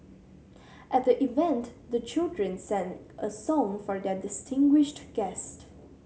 at the event the children sang a song for their distinguished guest